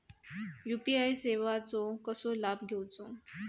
UPI सेवाचो कसो लाभ घेवचो?